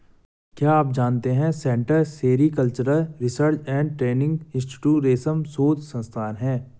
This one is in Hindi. क्या आप जानते है central sericultural research and training institute रेशम शोध संस्थान है?